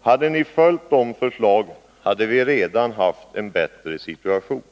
Hade ni följt dessa förslag, hade vi redan nu haft en bättre situation.